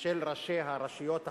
של ראשי הרשויות החזקות.